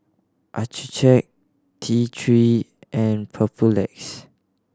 Accucheck T Three and Papulex